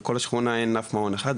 בכל השכונה אין אף מעון אחד,